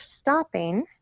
stopping